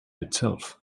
itself